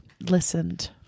Listened